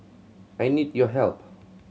I need your help